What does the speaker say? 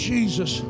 Jesus